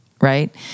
right